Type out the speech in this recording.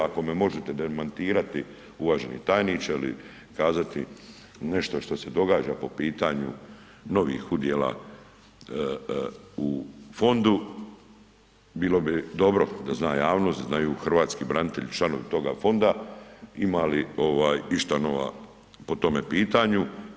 Ako me možete demantirati uvaženi tajniče ili kazati nešto što se događa po pitanju novih udjela u fondu bilo bi dobro da zna javnost, da znaju hrvatski branitelji, članovi toga fonda, ima li ovaj išta nova po tome pitanju.